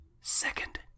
second